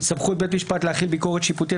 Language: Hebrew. סמכות בית משפט להחיל ביקורת שיפוטית,